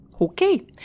Okay